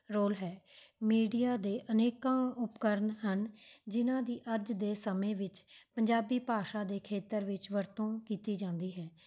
role ਹੈ media ਦੇ ਅਨੇਕਾਂ ਉਪਕਰਨ ਹਨ ਜਿਨ੍ਹਾਂ ਦੀ ਅੱਜ ਦੇ ਸਮੇਂ ਵਿੱਚ ਪੰਜਾਬੀ ਭਾਸ਼ਾ ਦੇ ਖੇਤਰ ਵਿੱਚ ਵਰਤੋਂ ਕੀਤੀ ਜਾਂਦੀ ਹੈ